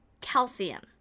calcium